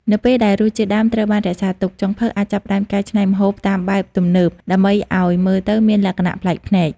នៅពេលដែលរសជាតិដើមត្រូវបានរក្សាទុក ចុងភៅអាចចាប់ផ្តើមកែច្នៃម្ហូបតាមបែបទំនើបដើម្បីឲ្យមើលទៅមានលក្ខណៈប្លែកភ្នែក។